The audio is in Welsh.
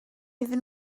iddyn